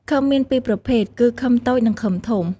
ឃឹមមាន២ប្រភេទគឺឃឹមតូច និងឃឹមធំ។